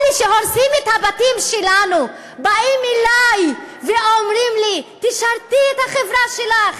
אלה שהורסים את הבתים שלנו באים אלי ואומרים לי: תשרתי את החברה שלך.